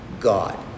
God